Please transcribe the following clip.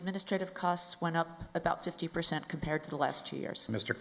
administrative costs went up about fifty percent compared to last year so mr